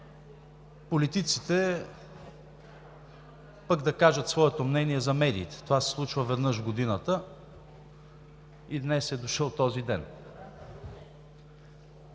политиците пък да кажат своето мнение за медиите. Това се случва веднъж в годината и днес е дошъл този ден.